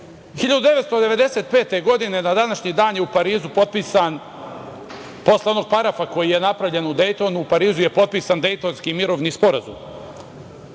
1995. na današnji dan je u Parizu potpisan, posle onog parafa koji je napravljen u Dejtonu, u Parizu je potpisan Dejtonski mirovni sporazum.